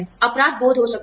अपराध बोध हो सकता है